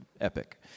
epic